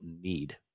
need